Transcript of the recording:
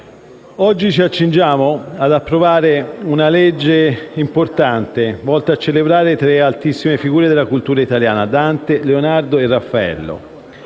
oggi ci accingiamo ad approvare una legge importante, volta a celebrare tre altissime figure della cultura italiana: Dante, Leonardo e Raffaello.